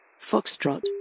Foxtrot